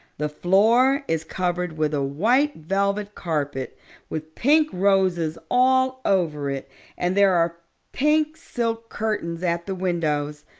the floor is covered with a white velvet carpet with pink roses all over it and there are pink silk curtains at the windows.